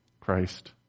Christ